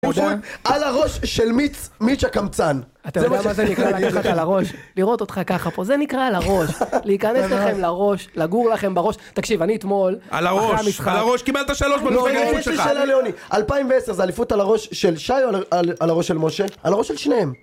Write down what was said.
על הראש של מיץ', מיץ' הקמצן. אתה יודע מה זה נקרא לקחת על הראש? לראות אותך ככה פה, זה נקרא על הראש. להיכנס לכם לראש, לגור לכם בראש. תקשיב, אני אתמול... על הראש, על הראש, קיבלת שלוש במשחק אליפות שלך. יש לי שאלה ליוני, 2010 זה אליפות על הראש של שי או על הראש של משה? על הראש של שניהם.